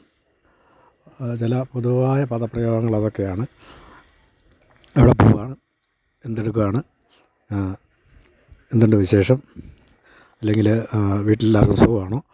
ആ ചില പൊതുവായ പദപ്രയോഗങ്ങൾ അതൊക്കെയാണ് എവിടെ പോകുവാണ് എന്തെടുക്കുവാണ് എന്തുണ്ട് വിശേഷം അല്ലെങ്കിൽ വീട്ടിൽ എല്ലാവർക്കും സുഖാണോ